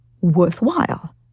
worthwhile